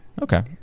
Okay